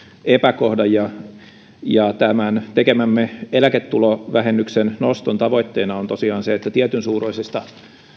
epäkohdan tämän tekemämme eläketulovähennyksen noston tavoitteena on tosiaan se että tietyn suuruisesta